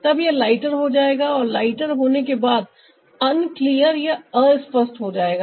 तब यह लाइटर हो जाएगा और लाइटर होने के बाद अस्पष्ट हो जाएगा